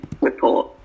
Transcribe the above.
report